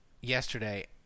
yesterday